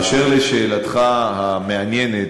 באשר לשאלתך המעניינת,